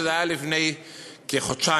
שזה היה לפני כחודשיים.